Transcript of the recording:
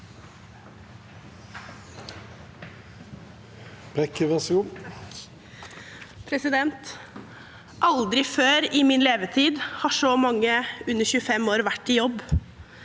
Aldri før i min levetid har så mange under 25 år vært i jobb.